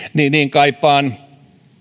kaipaan